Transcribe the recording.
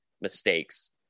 mistakes